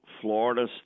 Florida